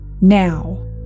now